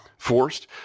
forced